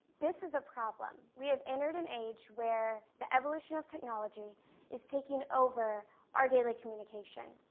this is a problem. we have entered an age where the evolution of technology is taking over our daily communication,